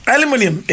Aluminium